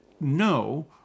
no